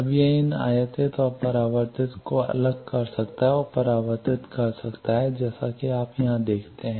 अब यह इन आयातित और परावर्तित को अलग कर सकता है और परावर्तित करता है जैसा कि आप यहां देखते हैं